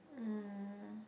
um